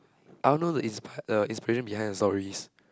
I only know the inspire the inspiring behind the stories